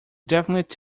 definitely